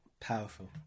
Powerful